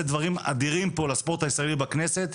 דברים אדירים פה לספורט הישראלי בכנסת,